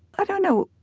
i don't know,